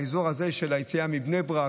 באזור הזה של היציאה מבני ברק,